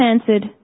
answered